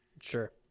sure